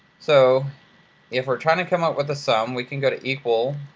so if we're trying to come up with a sum, we can go to equal,